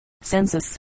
Census